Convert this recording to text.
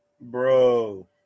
bro